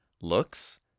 looks